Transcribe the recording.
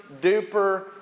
Duper